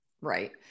Right